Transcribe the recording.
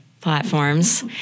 platforms